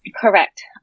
Correct